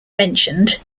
mentioned